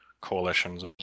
coalitions